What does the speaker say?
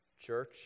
church